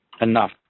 enough